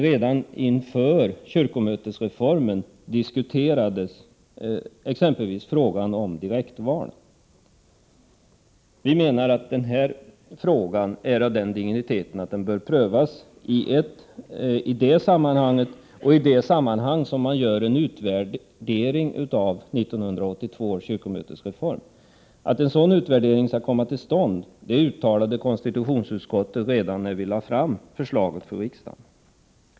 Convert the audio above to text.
Redan inför kyrkomötesreformen diskuterades exempelvis frågan om direktval. Vi menar att de i propositionen föreslagna förändringarna är av den digniteten att de bör prövas tillsammans med folkstyrelsekommitténs förslag — och i samband med att det görs en utvärdering av 1982 års kyrkomötesreform. Att en sådan utvärdering skall komma till stånd uttalade konstitutionsutskottet redan när vi lade fram förslaget för riksdagen.